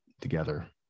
together